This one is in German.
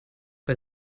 bei